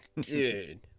dude